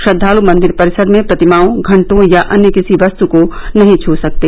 श्रद्वालू मंदिर परिसर में प्रतिमाओं घंटों या अन्य किसी वस्तु को नहीं छ सकते